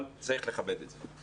אבל צריך לכבד את זה,